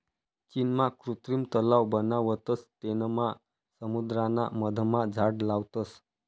चीनमा कृत्रिम तलाव बनावतस तेनमा समुद्राना मधमा झाड लावतस